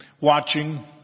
watching